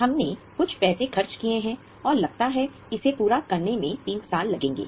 हमने कुछ पैसे खर्च किए हैं और लगता है कि इसे पूरा करने में तीन साल लगेंगे